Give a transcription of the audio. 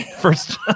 first